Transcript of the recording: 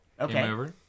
Okay